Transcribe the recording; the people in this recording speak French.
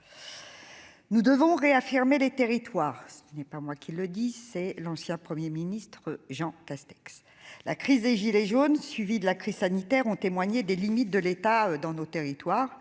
nous devons réaffirmer les territoires, ce qui n'est pas moi qui le dis, c'est l'ancien 1er ministre Jean Castex, la crise des gilets jaunes, suivi de la crise sanitaire ont témoigné des limites de l'État dans nos territoires